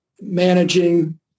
managing